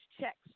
checks